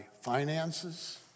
finances